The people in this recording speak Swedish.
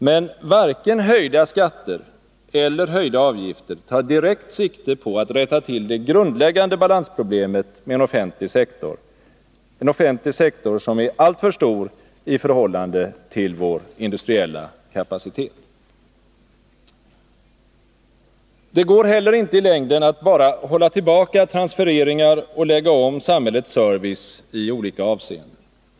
Men varken höjda skatter eller höjda avgifter tar direkt sikte på att rätta till det grundläggande balansproblemet med en offentlig sektor som är alltför stor i förhållande till vår industriella kapacitet. Det går heller inte i längden att bara hålla tillbaka transfereringar och lägga om samhällets service i olika avseenden.